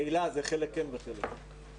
תהלה, זה חלק כן וחלק לא.